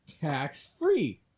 Tax-free